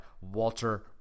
Walter